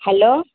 hello